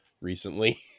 recently